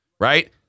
Right